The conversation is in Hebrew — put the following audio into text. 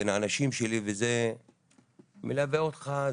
בין האנשים שלי וזה מלווה אותך,